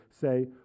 say